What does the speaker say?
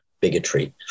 bigotry